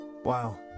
Wow